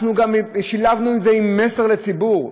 אנחנו גם שילבנו בזה מסר לציבור.